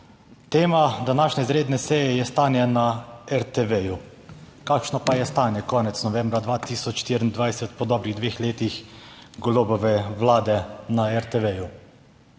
Tema današnje izredne seje je stanje na RTV. Kakšno pa je stanje konec novembra 2024, po dobrih dveh letih Golobove vlade na RTV?